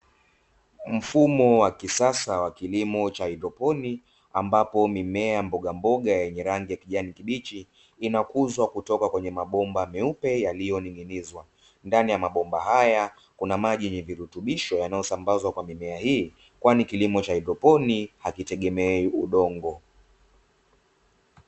Mfumo wa kisasa wa kilimo cha haidroponi, ambapo mimea ya mbogamboga yenye rangi ya kijani kibichi inakuzwa kutoka kwenye mabomba meupe yaliyoning'inizwa. Ndani ya mabomba haya kuna maji yenye virutubisho, yanayosambazwa kwa mimea hii kwani kilimo cha haidroponi hakitegemei udongo.